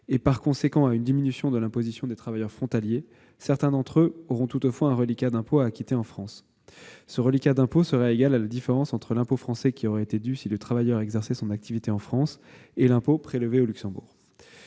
et, par conséquent, à une diminution de l'imposition des travailleurs frontaliers, certains d'entre eux auront toutefois un reliquat d'impôt à acquitter en France. Ce reliquat d'impôt sera égal à la différence entre l'impôt français qui aurait été dû si le travailleur exerçait son activité en France et l'impôt prélevé au Luxembourg.